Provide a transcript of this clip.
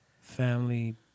family